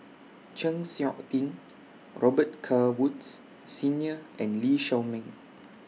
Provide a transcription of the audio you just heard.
Chng Seok Tin Robet Carr Woods Senior and Lee Shao Meng